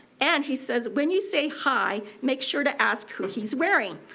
and he says when you say hi make sure to ask who he's wearing.